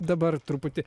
dabar truputį